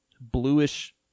bluish